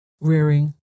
rearing